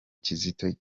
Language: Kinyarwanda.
kizito